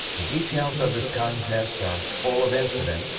the details of this contest are full of incident,